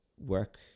work